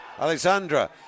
Alexandra